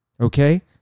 Okay